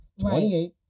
28